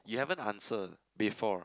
you haven't answer before